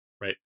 Right